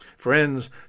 Friends